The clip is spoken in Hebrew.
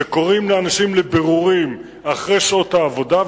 שקוראים לאנשים לבירורים אחרי שעות העבודה,